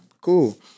Cool